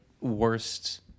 worst